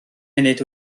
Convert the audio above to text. munud